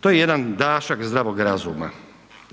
To je jedan dašak zdravog razuma.